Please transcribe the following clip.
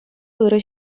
ырӑ